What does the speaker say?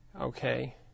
okay